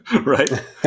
right